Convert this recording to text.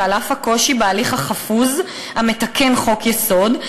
ועל אף הקושי בהליך החפוז המתקן חוק-יסוד,